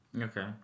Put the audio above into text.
Okay